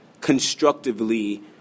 constructively